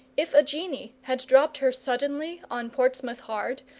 if a genie had dropped her suddenly on portsmouth hard,